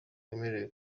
wemerewe